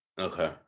Okay